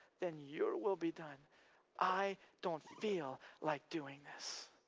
then your will be done i don't feel like doing this.